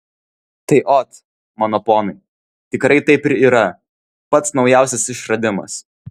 tai ot mano ponai tikrai taip ir yra pats naujausias išradimas